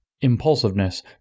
impulsiveness